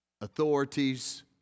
authorities